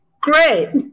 great